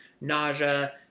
nausea